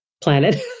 planet